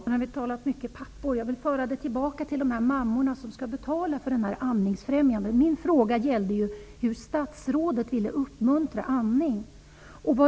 Herr talman! Nu har vi talat mycket om pappor. Jag vill föra tillbaka diskussionen till de mammor som skall betala för detta amningsfrämjande. Min fråga gällde hur statsrådet ville uppmuntra amning.